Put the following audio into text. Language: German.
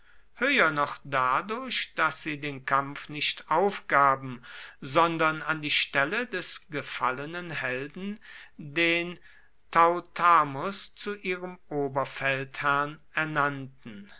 höher noch dadurch daß sie den kampf nicht aufgaben sondern an die stelle des gefallenen helden den tautamus zu ihrem oberfeldherrn ernannten